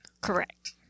Correct